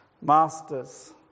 masters